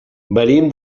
venim